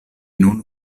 nun